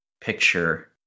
picture